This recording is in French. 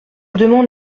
demande